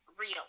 real